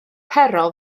pero